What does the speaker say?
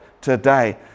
today